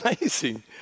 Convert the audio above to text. amazing